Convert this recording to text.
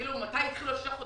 מתי התחילו שישה חודשים,